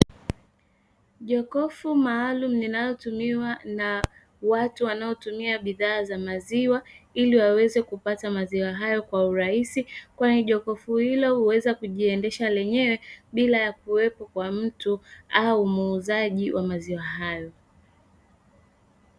Jokofu maalumu linalotumiwa na watu wanaotumia bidhaa za maziwa, ili waweze kupata maziwa hayo kwa urahisi kwani jokofu hilo huweza kujiendesha lenyewe bila kuwepo kwa mtu au muuzaji wa maziwa hayo.